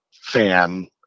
fan